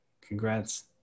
Congrats